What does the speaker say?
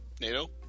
NATO